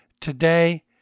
today